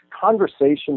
conversation